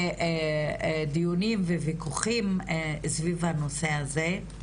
דיונים וויכוחים סביב הנושא הזה.